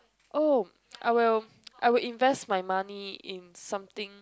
oh I will I will invest my money in something